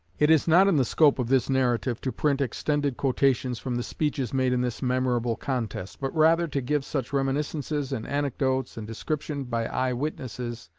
it is not in the scope of this narrative to print extended quotations from the speeches made in this memorable contest, but rather to give such reminiscences and anecdotes, and description by eye-witnesses,